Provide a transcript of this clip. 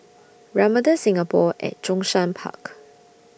Ramada Singapore At Zhongshan Park